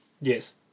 Yes